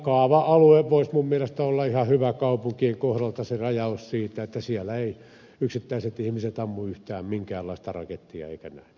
kaava alue voisi minun mielestäni olla ihan hyvä kaupunkien kohdalta se rajaus että siellä ei yksittäiset ihmiset ammu yhtään minkäänlaista rakettia eikä näin